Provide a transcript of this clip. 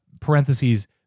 parentheses